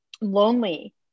lonely